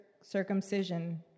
circumcision